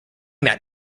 that